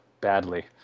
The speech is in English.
badly